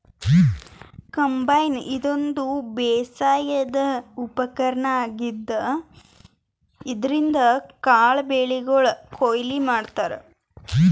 combine ಇದೊಂದ್ ಬೇಸಾಯದ್ ಉಪಕರ್ಣ್ ಆಗಿದ್ದ್ ಇದ್ರಿನ್ದ್ ಕಾಳ್ ಬೆಳಿಗೊಳ್ ಕೊಯ್ಲಿ ಮಾಡ್ತಾರಾ